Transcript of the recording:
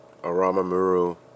Aramamuru